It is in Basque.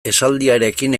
esaldiarekin